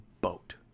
boat